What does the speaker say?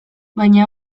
baina